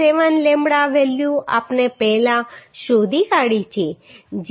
7 lambda value આપણે પહેલા શોધી કાઢી છે જે 80